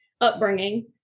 upbringing